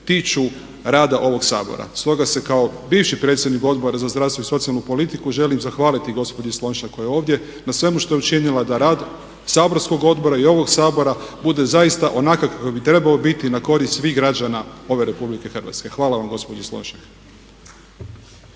tiču rada ovog Sabora. Stoga se kao bivši predsjednik Odbora za zdravstvo i socijalnu politiku želim zahvaliti gospođi Slonjšak koja je ovdje na svemu što je učinila da rad saborskog odbora i ovog Sabora bude zaista onakav kakav bi trebao biti i na korist svih građana ove RH. Hvala vam gospođo Slonjšak.